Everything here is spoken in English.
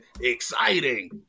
exciting